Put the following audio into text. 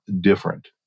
different